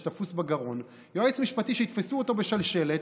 שתפוס בגרון יועץ משפטי שיתפסו אותו בשלשלת.